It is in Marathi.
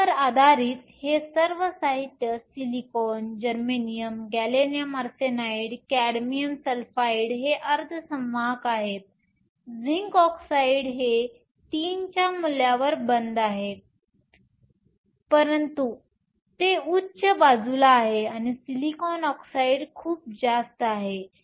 यावर आधारित हे सर्व साहित्य silicon germanium gallium arsenide cadmium sulphide हे अर्धसंवाहक आहेत झिंक ऑक्साईड हे तीनच्या मूल्यावर बंद आहे परंतु ते उच्च बाजूला आहे आणि सिलिकॉन डायऑक्साइड खूप जास्त आहे